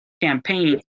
campaign